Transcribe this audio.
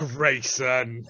Grayson